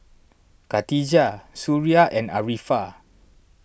Khatijah Suria and Arifa